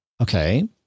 Okay